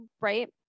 right